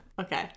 Okay